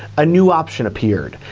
a new option appeared,